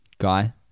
Guy